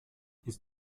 ist